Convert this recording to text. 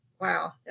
Wow